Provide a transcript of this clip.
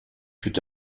fick